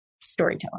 storytelling